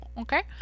Okay